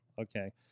okay